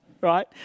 right